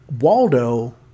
Waldo